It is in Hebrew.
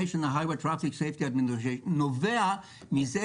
highway safety administration נובע מכך